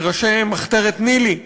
מראשי מחתרת ניל"י,